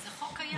וזה חוק קיים.